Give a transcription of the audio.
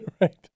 right